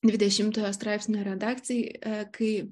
dvidešimtojo straipsnio redakcijai kai